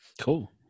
Cool